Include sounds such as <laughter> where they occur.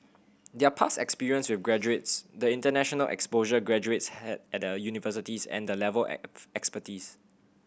their past experience with graduates the international exposure graduates had at the universities and the level <unintelligible> expertise